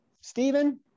Stephen